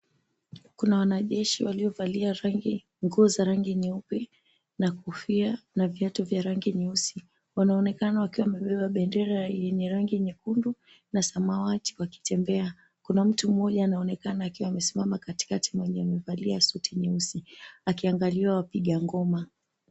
Kuna wanajeshi waliovalia nguo za rangi nyeupe na kofia na viatu vya rangi nyeusi. Wanaonekana wakiwa wamebeba bendera ya yenye rangi nyekundu na samawati wakitembea. Kuna mtu mmoja anaonekana akiwa amesimama katikati mwenye amevalia suti nyeusi akiangalia wapiga ngoma.